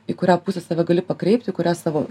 į kurią pusę save gali pakreipti kurią savo